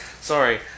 sorry